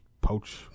poach